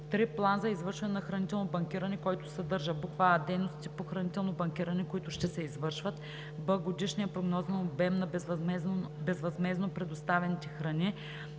3. план за извършване на хранително банкиране, който съдържа: а) дейностите по хранително банкиране, които ще се извършват; б) годишния прогнозен обем на безвъзмездно предоставените храни;